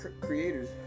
creators